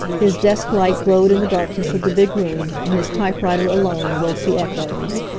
his desk light glowed in the darkness of the big room, and his typewriter alone awoke the echoes.